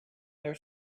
their